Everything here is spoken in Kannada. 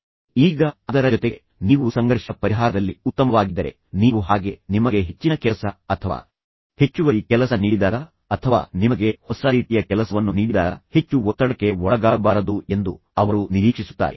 ಈಗ ಅದರ ಜೊತೆಗೆ ನೀವು ಸಂಘರ್ಷ ಪರಿಹಾರದಲ್ಲಿ ಉತ್ತಮವಾಗಿದ್ದರೆ ನೀವು ಹಾಗೆ ನಿಮಗೆ ಹೆಚ್ಚಿನ ಕೆಲಸ ಅಥವಾ ಹೆಚ್ಚುವರಿ ಕೆಲಸ ನೀಡಿದಾಗ ಅಥವಾ ನಿಮಗೆ ಹೊಸ ರೀತಿಯ ಕೆಲಸವನ್ನು ನೀಡಿದಾಗ ಹೆಚ್ಚು ಒತ್ತಡಕ್ಕೆ ಒಳಗಾಗಬಾರದು ಎಂದು ಅವರು ನಿರೀಕ್ಷಿಸುತ್ತಾರೆ